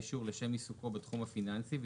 מסוימים שקבועים בחוק לעסוק בשירות מידע פיננסי.